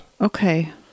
Okay